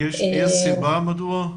יש סיבה מדוע?